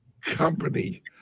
company